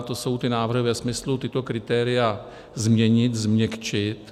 To jsou ty návrhy ve smyslu tato kritéria změnit, změkčit.